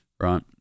right